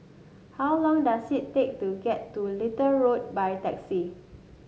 how long does it take to get to Little Road by taxi